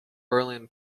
berlin